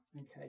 Okay